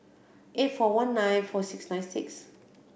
eight four one nine four six nine six